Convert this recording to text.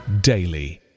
daily